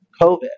COVID